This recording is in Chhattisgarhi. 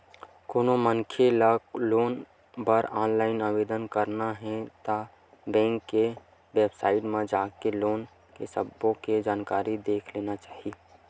कोनो मनखे ल लोन बर ऑनलाईन आवेदन करना हे ता बेंक के बेबसाइट म जाके लोन के सब्बो के जानकारी देख लेना चाही